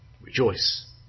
Rejoice